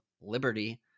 liberty